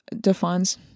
defines